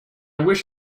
wish